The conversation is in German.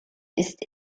ist